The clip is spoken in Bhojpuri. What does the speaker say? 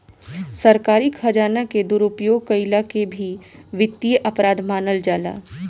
सरकारी खजाना के दुरुपयोग कईला के भी वित्तीय अपराध मानल जाला